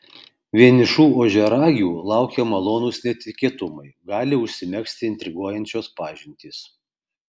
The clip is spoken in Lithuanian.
vienišų ožiaragių laukia malonūs netikėtumai gali užsimegzti intriguojančios pažintys